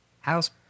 House